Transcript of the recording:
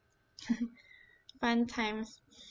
fun times